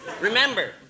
Remember